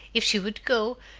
if she would go,